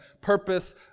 purpose